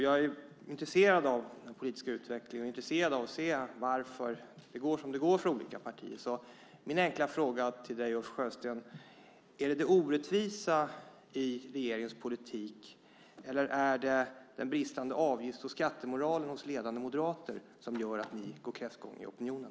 Jag är intresserad av den politiska utvecklingen och varför det går som det går för olika partier. Min enkla fråga till dig, Ulf Sjösten, är därför: Är det orättvisa i regeringens politik eller är det den bristande avgifts och skattemoralen hos ledande moderater som gör att ni går kräftgång i opinionen?